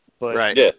Right